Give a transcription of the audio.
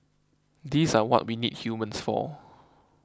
these are what we need humans for